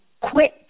Quit